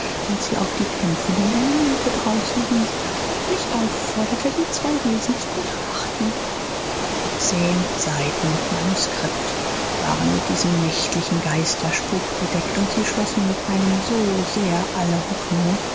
als sie auf die kämpfenden elemente draußen wies und mich aufforderte die zwei wesen zu betrachten zehn seiten manuskript waren mit diesem nächtlichen geisterspuk bedeckt und sie schlossen mit einem so sehr alle hoffnungen